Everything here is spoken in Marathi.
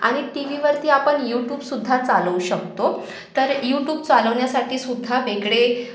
आणिक टी वीवरती आपण यूटूबसुद्धा चालवू शकतो तर यूटूब चालवण्यासाठीसुद्धा वेगळे